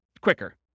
quicker